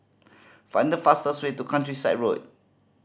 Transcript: find the fastest way to Countryside Road